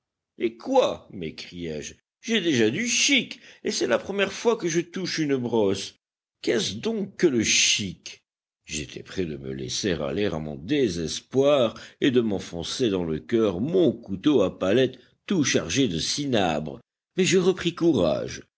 eh quoi m'écriai-je j'ai déjà du chic et c'est la première fois que je touche une brosse qu'est-ce donc que le chic j'étais près de me laisser aller à mon désespoir et de m'enfoncer dans le cœur mon couteau à palette tout chargé de cinabre mais je repris courage